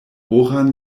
oran